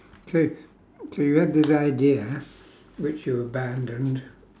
so so you have this idea which you abandoned